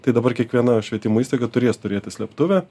tai dabar kiekviena švietimo įstaiga turės turėti slėptuvę